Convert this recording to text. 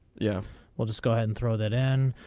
yeah we'll just go ahead and throw that in.